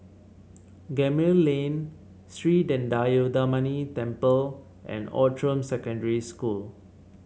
Gemmill Lane Sri Thendayuthapani Temple and Outram Secondary School